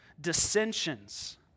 dissensions